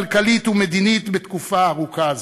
כלכלית ומדינית בתקופה ארוכה זו.